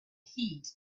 heat